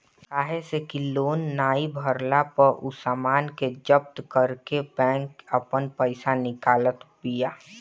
काहे से कि लोन नाइ भरला पअ उ सामान के जब्त करके बैंक आपन पईसा निकालत बिया